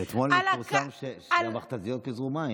אבל אתמול פורסם שהמכת"זיות פיזרו מים.